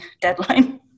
deadline